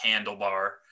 handlebar